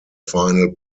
final